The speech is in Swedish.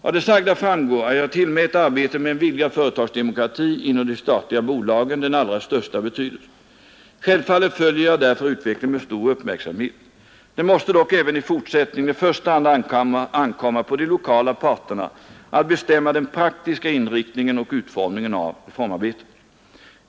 Av det sagda framgår att jag tillmäter arbetet med en vidgad företagsdemokrati inom de statliga bolagen den allra största betydelse. Självfallet följer jag därför utvecklingen med stor uppmärksamhet. Det måste dock även i fortsättningen i första hand ankomma på de lokala parterna att bestämma den praktiska inriktningen och utformningen av reformarbetet.